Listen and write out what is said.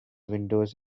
windows